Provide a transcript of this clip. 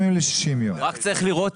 רק צריך לראות,